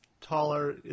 taller